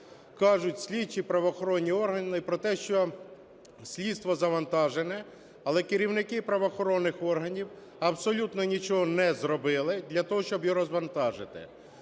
кажуть слідчі, правоохоронні органи про те, що слідство завантажене, але керівники правоохоронних органів абсолютно нічого не зробили для того, щоб його розвантажити.